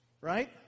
Right